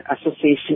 Association